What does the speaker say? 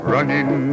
Running